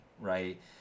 right